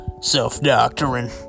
self-doctoring